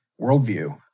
worldview